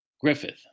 Griffith